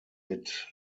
mit